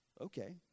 okay